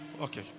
okay